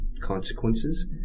consequences